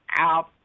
out